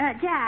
Jack